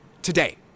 Today